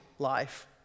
life